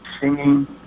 singing